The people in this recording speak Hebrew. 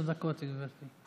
עשר דקות, גברתי.